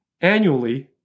annually